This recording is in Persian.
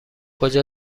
کجا